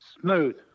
Smooth